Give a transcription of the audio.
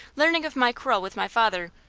learning of my quarrel with my father,